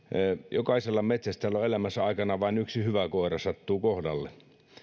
jokaiselle metsästäjälle elämänsä aikana vain yksi hyvä koira sattuu kohdalle